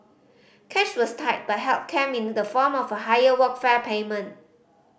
cash was tight but help came in the form of a higher Workfare payment